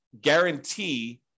guarantee